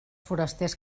forasters